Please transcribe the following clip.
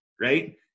right